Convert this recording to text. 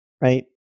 right